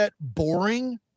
boring